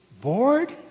Bored